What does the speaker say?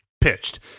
pitched